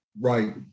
Right